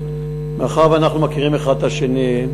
מאחר שאנחנו מכירים אחד את שני,